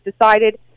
decided